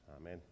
Amen